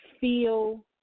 feel